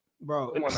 Bro